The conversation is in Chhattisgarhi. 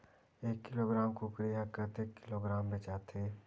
एक किलोग्राम कुकरी ह कतेक किलोग्राम म बेचाथे?